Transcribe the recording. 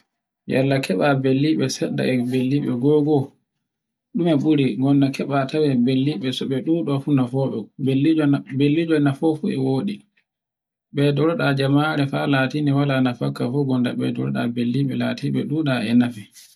Yalla keɓa bellibe seɗɗa e bellibe go go ɗume ɓuri. Gonda keɓa tawe golliɓe su ɓe ɗuɗu funa foe. Bellijona sona fofi e woɗi. Beydoroɗa jama'are fa latini wala na fakka fu gonde ɓeydoroɗa bellibe latibe ɗuɗa e nafe.